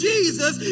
Jesus